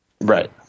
Right